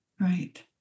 Right